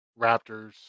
Raptors